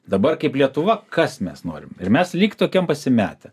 dabar kaip lietuva kas mes norim ir mes lyg tokiam pasimetę